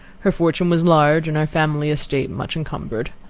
her fortune was large, and our family estate much encumbered.